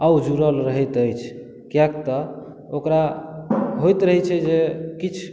आओर ओ जुड़ल रहैत अछि किएक कि तऽ ओकरा होइत रहै छै जे